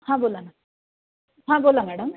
हां बोला ना हां बोला मॅडम